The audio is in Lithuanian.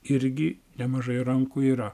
irgi nemažai rankų yra